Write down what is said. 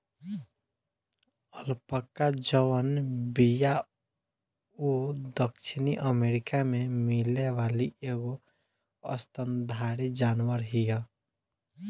alpaca जवन बिया उ दक्षिणी अमेरिका में मिले वाली एगो स्तनधारी जानवर हिय